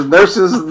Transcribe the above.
Nurses